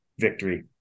Victory